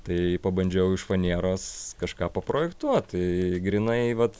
tai pabandžiau iš fanieros kažką paprojektuot tai grynai vat